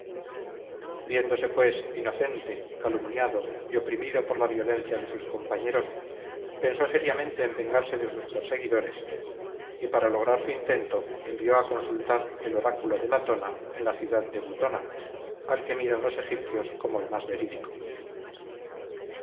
viéndose pues inocente calumniado y oprimido por la violencia de sus compañeros pensó seriamente en vengarse de sus perseguidores y para lograr su intento envió a consultar el oráculo de latona en la ciudad de butona al que miran los egipcios como el más verídico